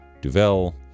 Duvel